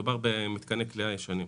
מדובר במתקני כליאה ישנים.